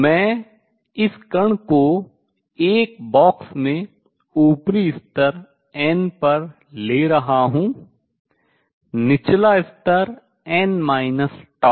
तो मैं इस कण को एक बॉक्स में ऊपरी स्तर n पर ले रहा हूँ निचला स्तर n τ है